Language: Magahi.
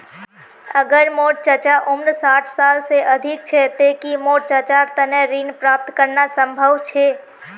अगर मोर चाचा उम्र साठ साल से अधिक छे ते कि मोर चाचार तने ऋण प्राप्त करना संभव छे?